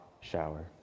shower